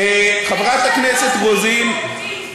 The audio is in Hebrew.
יש כאן לוגיקה מהותית.